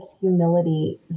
humility